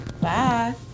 Bye